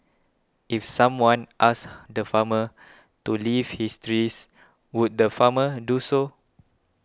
if someone asked the farmer to leave his trees would the farmer do so